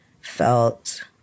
felt